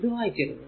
ഇത് വായിക്കരുത്